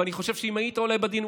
ואני חושב שאם היית אולי בדיון,